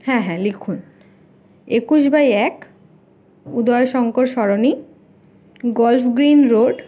হ্যাঁ হ্যাঁ লিখুন একুশ বাই এক উদয়শঙ্কর সরণি গলফগ্রীন রোড